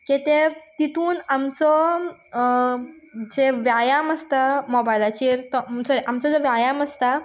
की ते तितून आमचो जें व्यायाम आसता मोबायलाचेर म्हणचे आमचो जो व्यायाम आसता